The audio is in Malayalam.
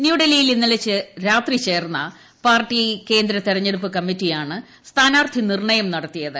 ന്യൂഡൽഹിയിൽ ഇന്നലെ രാത്രി ചേർന്ന പാർട്ടി കേന്ദ്ര തെരഞ്ഞെടുപ്പ് കമ്മിറ്റിയാണ് സ്ഥാന്യാർത്ഥി നിർണ്ണയം നടത്തിയത്